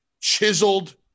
chiseled